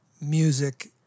music